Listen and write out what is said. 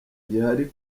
gihari